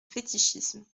fétichisme